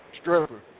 Stripper